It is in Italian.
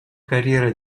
carriera